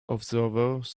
observers